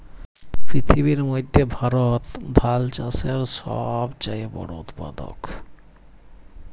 পিথিবীর মইধ্যে ভারত ধাল চাষের ছব চাঁয়ে বড় উৎপাদক